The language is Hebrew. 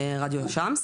רדיו אל שמס,